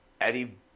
Eddie